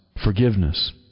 forgiveness